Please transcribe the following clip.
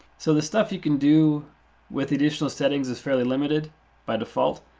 so the stuff you can do with the additional settings is fairly limited by default.